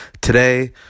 Today